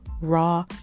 raw